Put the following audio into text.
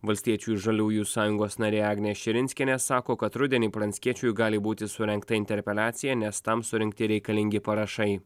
valstiečių ir žaliųjų sąjungos narė agnė širinskienė sako kad rudenį pranckiečiui gali būti surengta interpeliacija nes tam surinkti reikalingi parašai